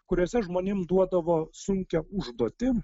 kuriuose žmonėm duodavo sunkią užduotį